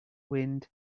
wind